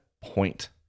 point